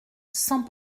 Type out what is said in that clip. sans